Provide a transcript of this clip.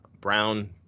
Brown